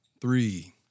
three